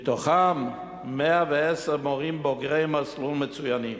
מתוכם 110 מורים בוגרי מסלול מצוינים.